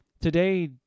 Today